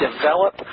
develop